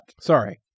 Sorry